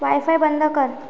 wifi बंद कर